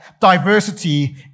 diversity